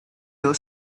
your